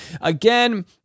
Again